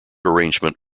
arrangement